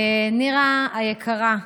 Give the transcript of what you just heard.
נירה היקרה,